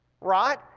right